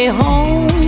home